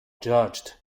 judged